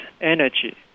energy